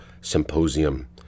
symposium